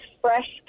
fresh